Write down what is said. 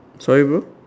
sorry bro